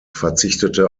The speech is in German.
verzichtete